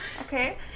Okay